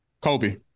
Kobe